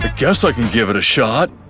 ah guess i can give it a shot.